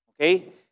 Okay